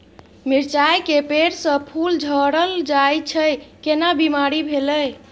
मिर्चाय के पेड़ स फूल झरल जाय छै केना बीमारी भेलई?